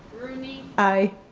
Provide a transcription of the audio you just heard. rooney. i.